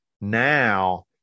Now